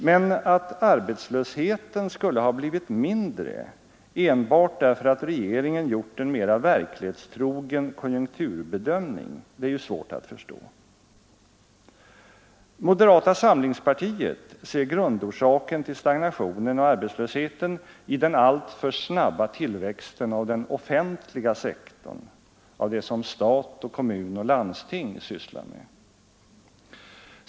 Men att arbetslösheten skulle ha blivit mindre enbart därför att regeringen gjort en mera verklighetstrogen konjunkturbedömning är ju svårt att förstå. Moderata samlingspartiet ser grundorsaken till stagnationen och arbetslösheten i den alltför snabba tillväxten av den offentliga sektorn, av det som stat och kommun och landsting sysslar med.